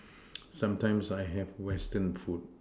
sometimes I have Western food